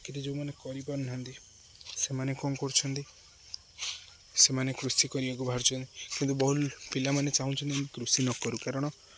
କିତେ ଯୋଉମାନେ କରିପାରୁନାହାନ୍ତି ସେମାନେ କଣ କରୁଛନ୍ତି ସେମାନେ କୃଷି କରିବାକୁ ବାାରୁଛନ୍ତି କିନ୍ତୁ ବହୁଲ ପିଲାମାନେ ଚାହୁଁଛନ୍ତି କୃଷି ନକୁ କାରଣ